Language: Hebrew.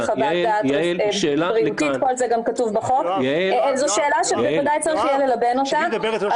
זאת שאלה שבוודאי יהיה צריך ללבן אותה.